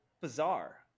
bizarre